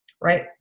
right